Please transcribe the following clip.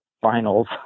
finals